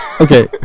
Okay